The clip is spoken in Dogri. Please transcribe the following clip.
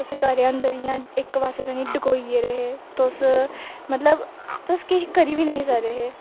तुस घरा अंदर ही इयां इक पास्से ताई डकोई गेदे हे तुस मतलब तुस किश करी बी नेई सकदे हे